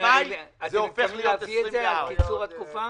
במאי זה הופך להיות 24. לא היה עוד דיון,